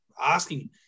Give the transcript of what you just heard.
asking